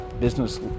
business